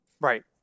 Right